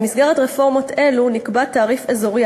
במסגרת רפורמות אלו נקבע תעריף אזורי